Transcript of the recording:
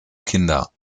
kinder